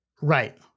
right